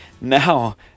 now